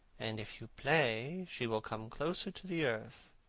and if you play she will come closer to the earth.